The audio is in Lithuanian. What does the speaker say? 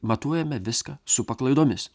matuojame viską su paklaidomis